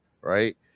right